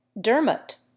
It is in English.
Dermot